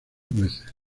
veces